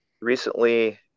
recently